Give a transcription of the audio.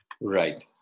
Right